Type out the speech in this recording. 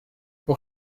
pour